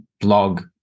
blog